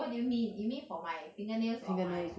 what do you mean you mean for my fingernails or my